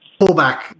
pullback